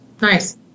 Nice